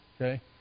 okay